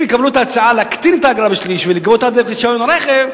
אם יקבלו את ההצעה להקטין את האגרה בשליש ולקבוע אותה על-פי רשיון הרכב,